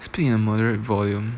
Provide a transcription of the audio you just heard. speak in a moderate volume